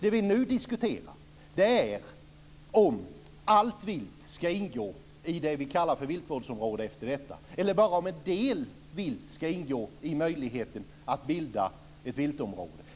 Det som vi nu diskuterar är om allt vilt ska ingå i det som vi efter detta ska kalla för viltvårdsområde eller om bara en del vilt ska göra det möjligt att bilda ett viltområde.